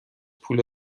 پول